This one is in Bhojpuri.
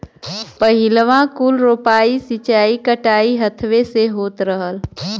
पहिलवाँ कुल रोपाइ, सींचाई, कटाई हथवे से होत रहल